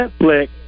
Netflix